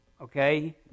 Okay